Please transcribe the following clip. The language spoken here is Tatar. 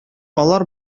алар